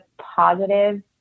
positive